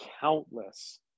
countless